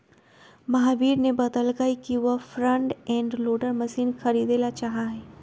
महावीरा ने बतल कई कि वह फ्रंट एंड लोडर मशीन खरीदेला चाहा हई